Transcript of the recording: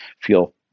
feel